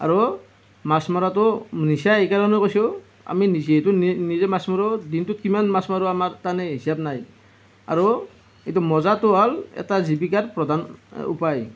আৰু মাছ মৰাটো নিচা এইকাৰণে কৈছোঁ আমি নিজেইতো মাছ মাৰোঁ দিনটোত কিমান মাছ মাৰোঁ আমাৰ তাৰমানে হিচাপ নাই আৰু এইটো মজাটো হ'ল এটা জীৱিকাৰ প্ৰধান উপায়